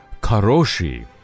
Karoshi